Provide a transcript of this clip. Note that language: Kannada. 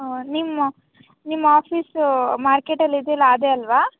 ಹೊ ನಿಮ್ಮ ನಿಮ್ಮ ಆಫೀಸು ಮಾರ್ಕೆಟಲ್ಲಿದೆಯಲ್ಲ ಅದೇ ಅಲ್ವಾ